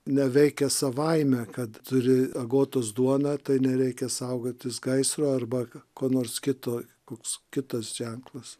neveikia savaime kad turi agotos duoną tai nereikia saugotis gaisro arba ko nors kito koks kitas ženklas